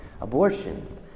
Abortion